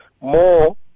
more